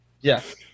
Yes